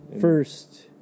First